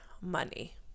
money